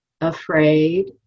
afraid